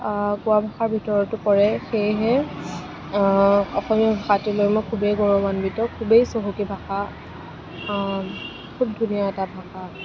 কোৱা ভাষাৰ ভিতৰতো পৰে সেয়েহে অসমীয়া ভাষাটো লৈ মই খুবেই গৌৰৱান্বিত খুবেই চহকী ভাষা খুব ধুনীয়া এটা ভাষা